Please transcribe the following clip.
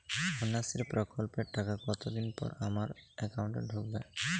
কন্যাশ্রী প্রকল্পের টাকা কতদিন পর আমার অ্যাকাউন্ট এ ঢুকবে?